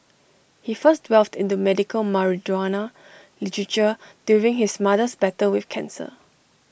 he first delved into medical marijuana literature during his mother's battle with cancer